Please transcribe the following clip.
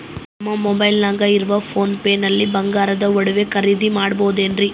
ನಮ್ಮ ಮೊಬೈಲಿನಾಗ ಇರುವ ಪೋನ್ ಪೇ ನಲ್ಲಿ ಬಂಗಾರದ ಒಡವೆ ಖರೇದಿ ಮಾಡಬಹುದೇನ್ರಿ?